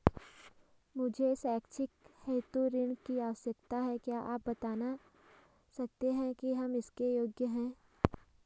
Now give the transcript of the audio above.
मुझे शैक्षिक हेतु ऋण की आवश्यकता है क्या आप बताना सकते हैं कि हम इसके योग्य हैं?